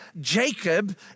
jacob